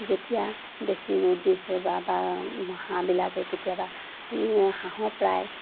যেতিয়া বেছি ৰ'দ দিছে বা হাঁহবিলাকে কেতিয়াবা হাঁহৰ প্ৰায়